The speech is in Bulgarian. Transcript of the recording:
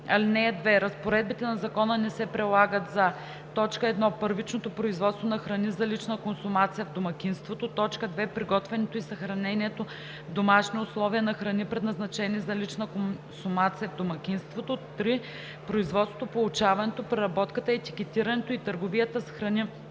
комисия. (2) Разпоредбите на закона не се прилагат за: 1. първичното производство на храни за лична консумация в домакинството; 2. приготвянето и съхранението в домашни условия на храни, предназначени за лична консумация в домакинството; 3. производството, получаването, преработката, етикетирането и търговията с храни